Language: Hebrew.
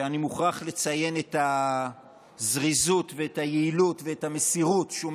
שאני מוכרח לציין את הזריזות ואת היעילות ואת המסירות שבהן הוא